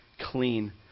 clean